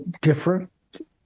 different